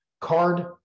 card